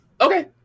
Okay